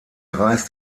reist